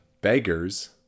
BEGGARS